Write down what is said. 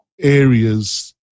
areas